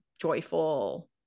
joyful